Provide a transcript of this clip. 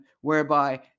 whereby